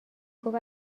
گفت